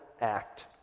act